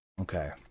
Okay